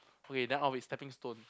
okay then I will be stepping stone